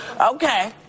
okay